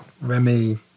Remy